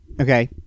Okay